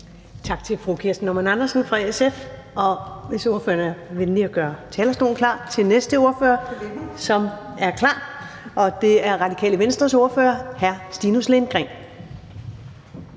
Tak til fru Kirsten Normann Andersen fra SF. Og jeg beder ordføreren gøre talerstolen klar til næste ordfører, som er klar, og det er Radikale Venstres ordfører, hr. Stinus Lindgreen.